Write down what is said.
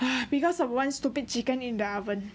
!hais! because of one stupid chicken in the oven